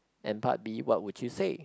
and part B what would you say